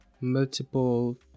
multiple